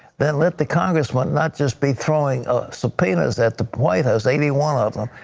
but let the congressman, not just be throwing subpoenas at the white house, eighty one of them,